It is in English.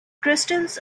crystals